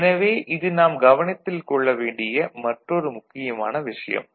எனவே இது நாம் கவனத்தில் கொள்ள வேண்டிய மற்றொரு முக்கியமான விஷயம்